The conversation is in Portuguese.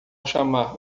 chamar